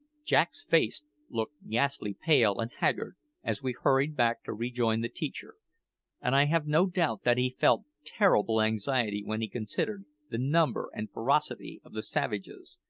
jack's face looked ghastly pale and haggard as we hurried back to rejoin the teacher and i have no doubt that he felt terrible anxiety when he considered the number and ferocity of the savages,